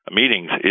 meetings